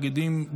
תאגידים,